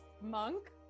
monk